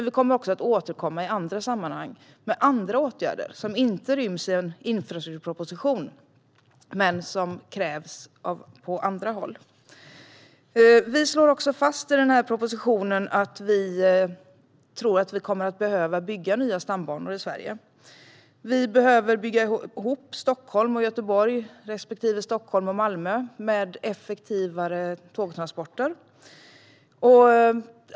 Vi kommer också att återkomma i andra sammanhang med andra åtgärder som inte ryms i en infrastrukturproposition, men som krävs från andra håll. I den här propositionen slår vi också fast att vi kommer att behöva att bygga nya stambanor i Sverige. Vi behöver bygga ihop Stockholm och Göteborg respektive Stockholm och Malmö med effektivare tågtransporter.